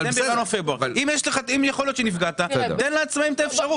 תן לעצמאים את האפשרות.